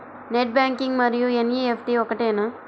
Net banking మరియు NEFT ఒకటేనా?